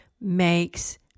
makes